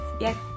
yes